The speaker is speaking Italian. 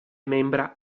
membra